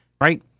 Right